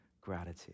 gratitude